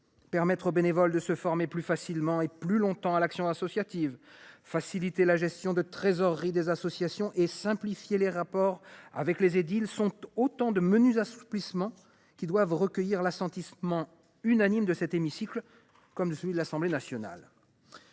permettre aux bénévoles de se former plus facilement et plus longtemps à l’action associative, faciliter la gestion de trésorerie des associations et simplifier leurs rapports avec les édiles sont autant de menus assouplissements qui doivent recueillir l’assentiment unanime de cet hémicycle comme de celui de l’Assemblée nationale.